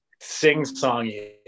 sing-songy